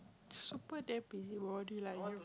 super damn busy body lah you